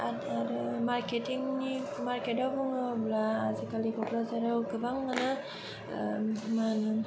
आरो मारकेटिंनि मारकेटाव बुङोब्ला आजिखालि ककराझाराव गोबाङानो मा होनो